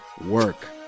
work